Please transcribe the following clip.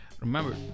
remember